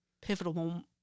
pivotal